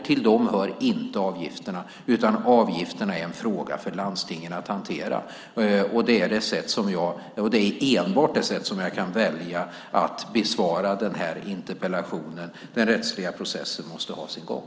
Till dem hör inte avgifterna, utan avgifterna är en fråga för landstingen att hantera. Det är enbart på det sättet jag kan välja att besvara denna interpellation. Den rättsliga processen måste ha sin gång.